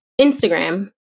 Instagram